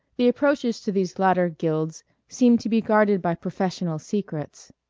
the approaches to these latter guilds seemed to be guarded by professional secrets.